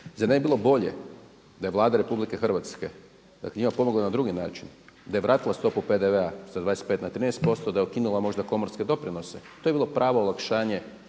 zar ne bi bilo da je Vlada Republike Hrvatske njima pomogla na drugi način, da je vratila stopu PDV-a sa 25 na 13 posto, da je ukinula možda komorske doprinose. To bi bilo pravo olakšanje